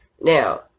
Now